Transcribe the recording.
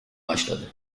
başladı